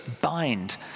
bind